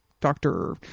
Doctor